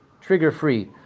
trigger-free